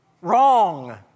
wrong